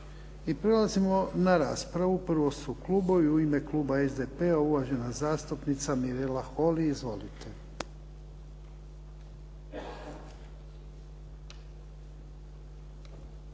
I prelazimo na raspravu. Prvo su klubovi. U ime kluba SDP-a uvažena zastupnica Mirela Holy. Izvolite.